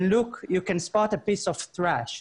looked around you could spot a piece of trash.